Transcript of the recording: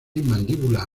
mandíbula